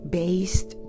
based